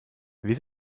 wie